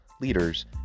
leaders